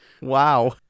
Wow